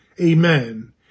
amen